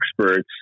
experts